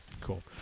cool